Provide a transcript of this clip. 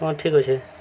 ହଁ ଠିକ୍ ଅଛେ